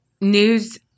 news